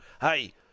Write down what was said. hey